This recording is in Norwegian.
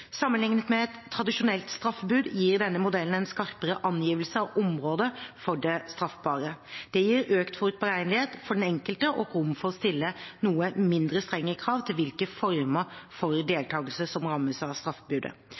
Sammenlignet med et tradisjonelt straffebud gir denne modellen en skarpere angivelse av området for det straffbare. Det gir økt forutberegnelighet for den enkelte og rom for å stille noe mindre strenge krav til hvilke former for deltakelse som rammes av straffebudet.